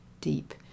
deep